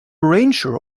ranger